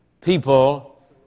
People